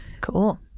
Cool